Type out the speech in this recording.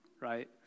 right